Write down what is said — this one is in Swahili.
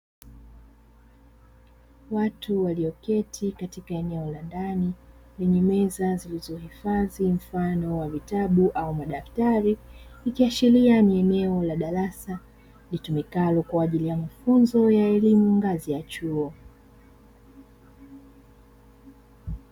Watu walioketi katika eneo la ndani, lenye meza zilizohifadhi mfano wa vitabu au madaftari, ikiashiria ni eneo la darasa, litumikalo kwa ajili ya mafunzo ya elimu ngazi ya chuo.